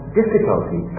difficulty